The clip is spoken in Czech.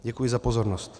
Děkuji za pozornost.